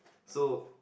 so